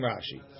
Rashi